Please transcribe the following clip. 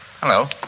Hello